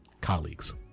colleagues